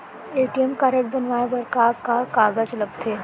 ATM card बनवाये बर का का कागज लगथे?